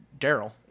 Daryl